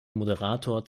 moderator